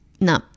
no